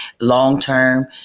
long-term